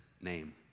name